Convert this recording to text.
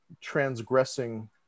transgressing